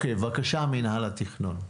בבקשה, מינהל התכנון.